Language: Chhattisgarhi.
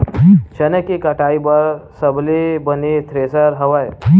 चना के कटाई बर सबले बने थ्रेसर हवय?